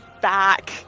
back